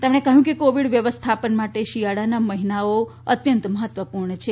તેમણે કહ્યું કે કોવિડ વ્યવસ્થાપન માટે શિયાળાના મહિનાઓ મહત્વપુર્ણ છે